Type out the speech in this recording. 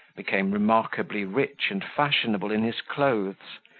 became remarkably rich and fashionable in his clothes,